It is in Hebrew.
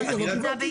רגע, לא קיבלתי